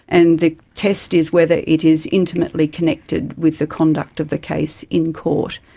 and the test is whether it is intimately connected with the conduct of the case in court,